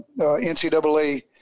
NCAA